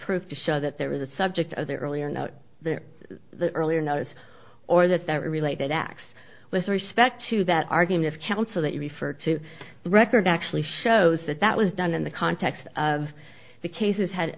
proof to show that there was a subject other earlier not the earlier notice or that that related acts with respect to that argument counsel that you refer to the record actually shows that that was done in the context of the cases had